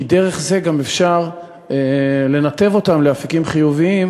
כי דרך זה גם אפשר לנתב אותם לאפיקים חיוביים